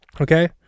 Okay